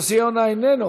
יוסי יונה איננו.